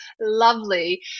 lovely